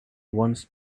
once